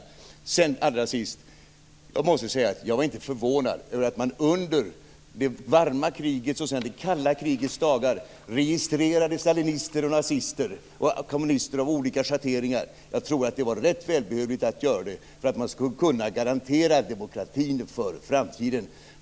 Jag måste allra sist säga att jag inte var förvånad över att man under det varma krigets och sedan det kalla krigets dagar registrerade stalinister, nazister och kommunister av olika schatteringar. Jag tror att det var välbehövligt att göra det, för att kunna garantera demokratin för framtiden.